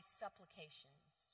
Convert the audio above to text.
supplications